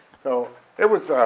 so it was,